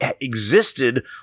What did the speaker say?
Existed